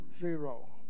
zero